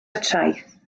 traeth